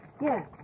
yes